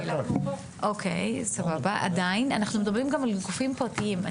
אנחנו עדיין מדברים גם על גופים פרטיים.